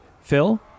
Phil